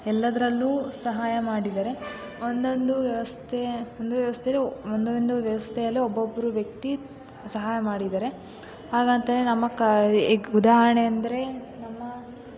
ಎಲ್ಲದರಲ್ಲೂ ಸಹಾಯ ಮಾಡಿದ್ದಾರೆ ಒಂದೊಂದು ವ್ಯವಸ್ಥೆ ಅಂದರೆ ವ್ಯವಸ್ಥೆಯಲ್ಲಿ ಒಂದೊಂದು ವ್ಯವಸ್ಥೆಯಲ್ಲಿ ಒಬ್ಬೊಬ್ರು ವ್ಯಕ್ತಿ ಸಹಾಯ ಮಾಡಿದ್ದಾರೆ ಹಾಗಂತನೇ ನಮ್ಮ ಈಗ ಉದಾಹರಣೆ ಅಂದರೆ ನಮ್ಮ